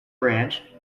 branch